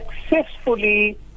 successfully